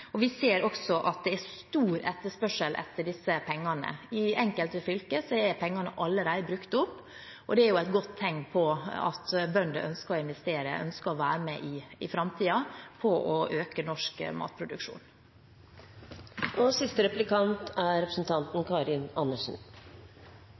Vi ser også at det er stor etterspørsel etter disse pengene. I enkelte fylker er pengene allerede brukt opp, og det er et godt tegn på at bønder ønsker å investere og være med inn i framtiden med å øke norsk matproduksjon. Jordbruksoppgjøret er viktig, men det er